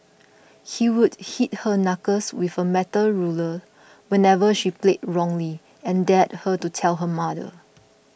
he would hit her knuckles with a metal ruler whenever she played wrongly and dared her to tell her mother